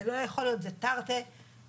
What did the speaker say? זה לא יכול להיות, זה תרתי דסתרי,